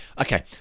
Okay